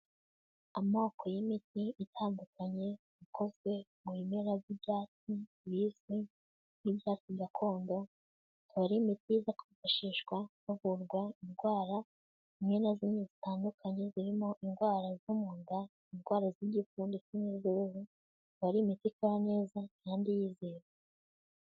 Amoko y'imiti itandukanye, ikozwe mu bimera by'ibyatsi bizwi nk'ibyatsi gakondo, ikaba ari imiti ikunda kwifashishwa havurwa indwara zimwe na zimwe zitandukanye, zirimo indwara zo mu nda, indwara z'igifu ndetse n'iz'uruhuru, ikaba ari imiti ikora neza, kandi yizewe.